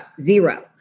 zero